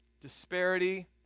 disparity